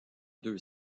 deux